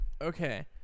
Okay